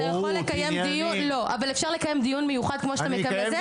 אז אתה יכול לקיים דיון מיוחד כמו שאתה מקיים לזה.